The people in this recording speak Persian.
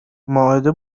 مائده